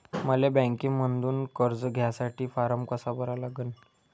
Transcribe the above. मले बँकेमंधून कर्ज घ्यासाठी फारम कसा भरा लागन?